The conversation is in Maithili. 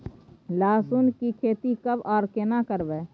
लहसुन की खेती कब आर केना करबै?